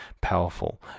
powerful